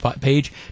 page